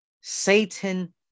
Satan